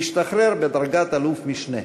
והשתחרר בדרגת אלוף-משנה.